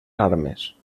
armes